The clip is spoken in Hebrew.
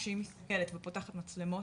כשהיא מסתכלת ופותחת מצלמות,